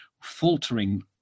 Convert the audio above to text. faltering